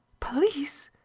police!